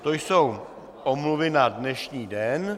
To jsou omluvy na dnešní den.